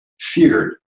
feared